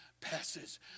passes